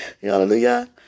Hallelujah